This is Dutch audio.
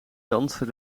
dansen